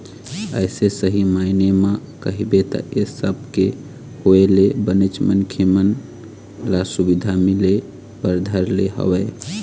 अइसे सही मायने म कहिबे त ऐ सब के होय ले बनेच मनखे मन ल सुबिधा मिले बर धर ले हवय